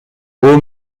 aux